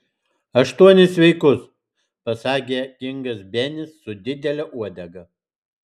aštuonis sveikus pasakė kingas benis su didele uodega